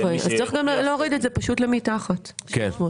צריך להוריד את זה לסכום נמוך מ-300.